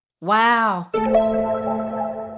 wow